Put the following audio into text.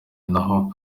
naho